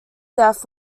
death